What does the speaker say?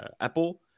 Apple